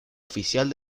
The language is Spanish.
oficial